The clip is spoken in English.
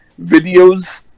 videos